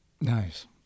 nice